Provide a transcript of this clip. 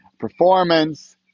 Performance